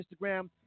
Instagram